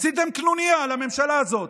עשיתם קנוניה על הממשלה הזאת.